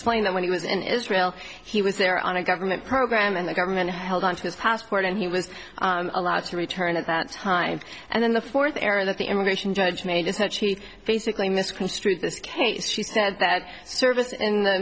explain that when he was in israel he was there on a government program and the government held onto his passport and he was allowed to return at that time and then the fourth area that the immigration judge made is that she basically misconstrued this case she said that service in the